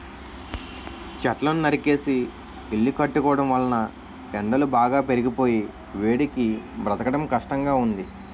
చెట్లను నరికేసి ఇల్లు కట్టుకోవడం వలన ఎండలు బాగా పెరిగిపోయి వేడికి బ్రతకడం కష్టంగా ఉంది